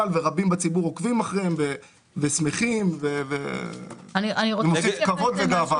ורבים בציבור עוקבים אחריהם ושמחים ומוספים כבוד וגאווה.